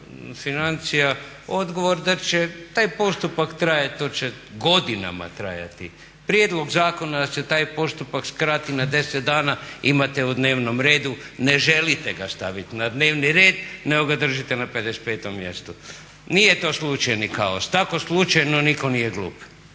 financija odgovor da će taj postupak trajati, to će godinama trajati. Prijedlog zakona da se taj postupak skrati na 10 dana imate u dnevnom redu. Ne želite ga staviti na dnevni red, nego ga držite na 55 mjestu. Nije to slučajni kaos. Tako slučajno nitko nije glup.